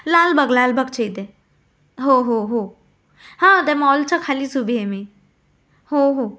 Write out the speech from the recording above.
लालबाग लालबागच्या इते हो हो हां त्या मॉलचा खालीच उभीये मी हो हो